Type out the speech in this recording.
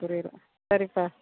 புரியுது சரிப்பா